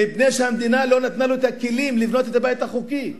מפני שהמדינה לא נתנה לא את הכלים לבנות את הבית החוקי.